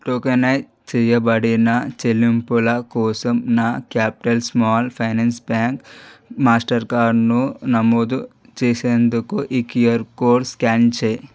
tokenise చేయబడిన చెల్లింపుల కోసం నా Capital Small Finance Bank Master కార్డును నమోదు చేసేందుకు ఈ క్యూఆర్ కోడ్ స్కాన్ చెయ్యి